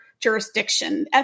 jurisdiction